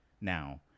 now